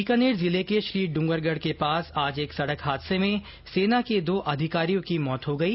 बीकानेर जिले के श्रीड्ंगरगढ़ के पास आज एक सड़क हादसे में सेना के दो अधिकारियों की मौत हो गई